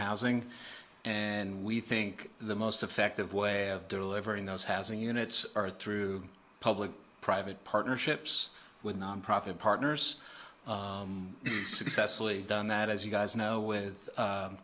housing and we think the most effective way of delivering those housing units are through public private partnerships with nonprofit partners successfully done that as you guys know with